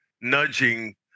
nudging